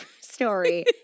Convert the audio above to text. story